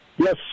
Yes